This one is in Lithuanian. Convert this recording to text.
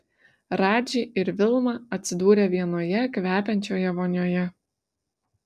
radži ir vilma atsidūrė vienoje kvepiančioje vonioje